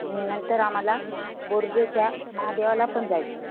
आणि नंतर आम्हाला गोरजेच्या महादेवाला पण जायचं